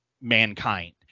mankind